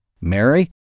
Mary